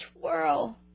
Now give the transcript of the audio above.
twirl